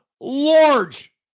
Large